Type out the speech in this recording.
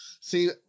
see